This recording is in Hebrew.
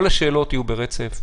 כל השאלות יהיו ברצף.